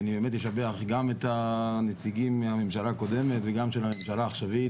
אני אשבח גם את המציגים מהממשלה הקודמת וגם של הממשלה העכשווית,